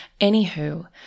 Anywho